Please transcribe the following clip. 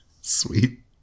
Sweet